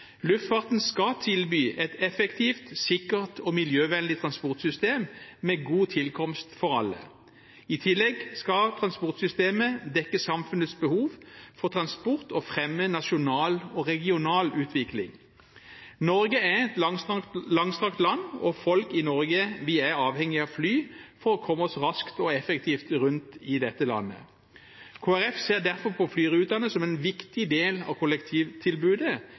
Luftfarten skal tilby et effektivt, sikkert og miljøvennlig transportsystem med god tilkomst for alle. I tillegg skal transportsystemet dekke samfunnets behov for transport og fremme nasjonal og regional utvikling. Norge er et langstrakt land, og folk i Norge er avhengige av fly for å komme seg raskt og effektivt rundt i dette landet. Kristelig Folkeparti ser derfor på flyrutene som en viktig del av kollektivtilbudet,